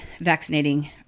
vaccinating